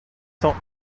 cent